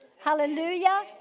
Hallelujah